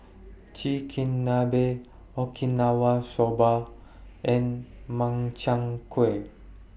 Chigenabe Okinawa Soba and Makchang Gui